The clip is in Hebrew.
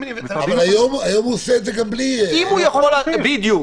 היום הוא עושה את זה גם בלי --- הוא יכול --- בדיוק.